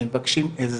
הם מבקשים עזרה,